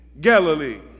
Galilee